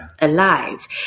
alive